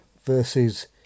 versus